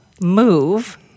move